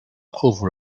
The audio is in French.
trouve